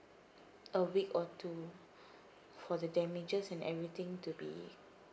a week or two for the damages and everything to be